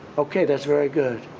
okay, that's very good.